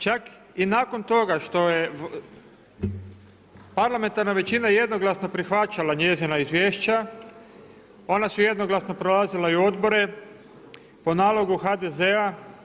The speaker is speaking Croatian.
Čak i nakon toga što je parlamentarna većina jednoglasno prihvaćala njezina izvješća ona su jednoglasno prelazila i u odbore po nalogu HDZ-a.